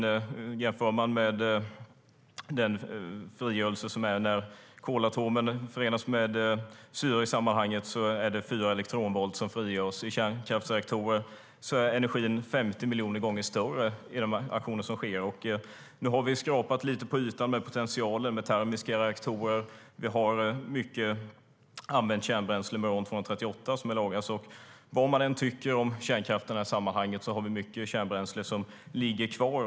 Om man jämför med den frigörelse som sker när kolatomen förenas med syre i sammanhanget är det 4 elektronvolt som frigörs. I kärnkraftsreaktorer är energin 50 miljoner gånger större i de reaktioner som sker. Nu har vi skrapat lite på ytan med potentialen med termiska reaktorer. Vi har mycket använt kärnbränsle med uran-238 som är lagrat. Vad man än tycker om kärnkraften i sammanhanget har vi mycket kärnbränsle som ligger kvar.